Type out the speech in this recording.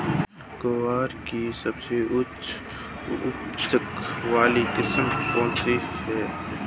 ग्वार की सबसे उच्च उपज वाली किस्म कौनसी है?